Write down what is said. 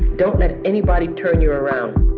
don't let anybody turn you around.